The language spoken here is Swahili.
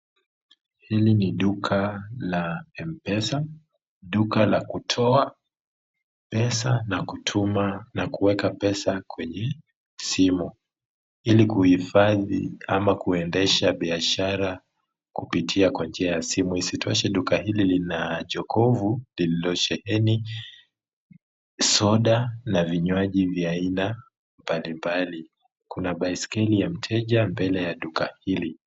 Hili ni duka la Mpese duka la kutoa pesa na kueka pesa kwenye simu ili kuifathi ama kuendesha biashara kupitia kwa njia ya simu. Isitoshe duka hili lina jokovu lililo sheheni soda na vinyuaji vya aina mbali mbali. kuna baiskeli ya mteja mbele ya duka hili.